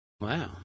Wow